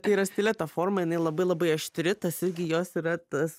tai yra stileto forma jinai labai labai aštri tas irgi jos yra tas